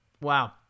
Wow